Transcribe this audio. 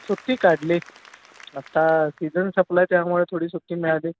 सुट्टी काढली आत्ता सीजन संपला आहे त्यामुळं थोडी सुट्टी मिळाली